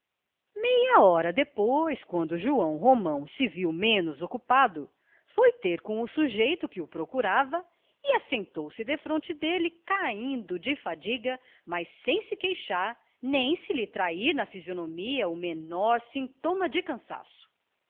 meia hora depois quando joão romão se viu menos ocupado foi ter com o sujeito que o procurava e assentou-se defronte dele caindo de fadiga mas sem se queixar nem se lhe trair a fisionomia o menor sintoma de cansaço